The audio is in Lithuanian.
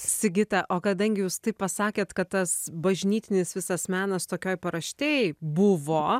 sigita o kadangi jūs taip pasakėt kad tas bažnytinis visas menas tokioj paraštėj buvo